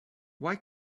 why